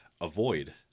Avoid